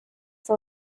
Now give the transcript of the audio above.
for